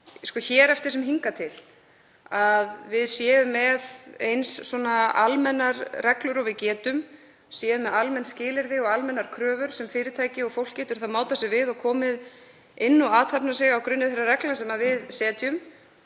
hér eftir sem hingað til að við séum með eins almennar reglur og við getum, séum með almenn skilyrði og almennar kröfur sem fyrirtæki og fólk geti þá mátað sig við og komið hingað og athafnað sig á grunni þeirra reglna sem við setjum.